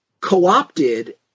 co-opted